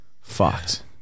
fucked